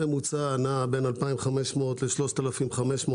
הממוצע הוא 2,500 ל-3,500,